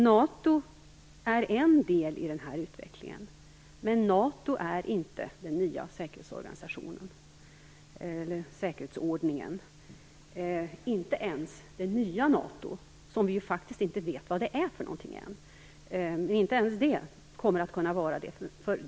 NATO är en del i den här utvecklingen, men NATO står inte för den nya säkerhetsordningen. Det gäller inte ens för det nya NATO. Vi vet faktiskt ännu inte vad det är. Men inte ens detta NATO kommer att kunna vara det.